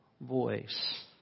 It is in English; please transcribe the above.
voice